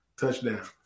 Touchdown